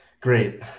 Great